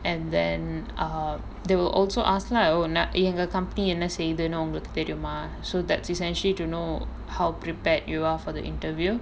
and then uh they will also asked எங்க:enga company என்ன செய்யுதுனு ஒங்களுக்கு தெரியுமா:enna seiyuthunu ongaluku theriyumaa so that's essential to know how prepared you are for the interview